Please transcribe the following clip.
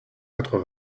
quatre